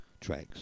tracks